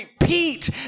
repeat